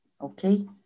Okay